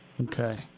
Okay